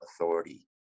authority